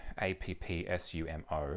A-P-P-S-U-M-O